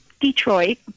Detroit